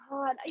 God